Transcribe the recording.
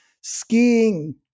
skiing